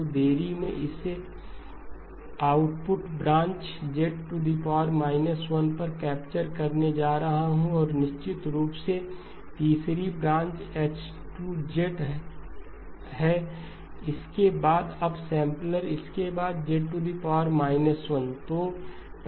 तो देरी मैं इसे आउटपुट ब्रांच Z 1 पर कैप्चर करने जा रहा हूं और निश्चित रूप से तीसरी ब्रांच H2 है इसके बाद अपसैंपलर इसके बाद Z 1